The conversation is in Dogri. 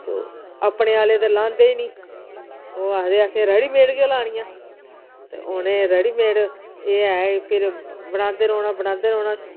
तो अपने आह्ले ते लांदे ई नी ओह् आखदे असें रडीमेट गै लानियां ते उनें रडीमेट एह् ऐ फिर बनांदे रौह्ना बनांदे रौह्ना